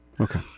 Okay